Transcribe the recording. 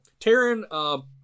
Taryn